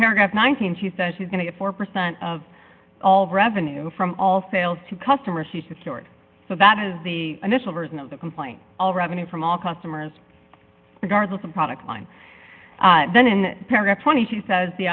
paragraph nineteen she says she's going to get four percent of all revenue from all sales to customers she secured so that is the initial version of the complaint all revenue from all customers regardless of product line then in paragraph twenty she says the